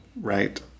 Right